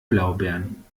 blaubeeren